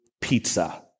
pizza